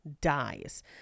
dies